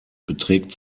beträgt